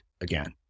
again